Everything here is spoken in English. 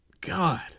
God